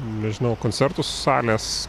nežinau koncertų salės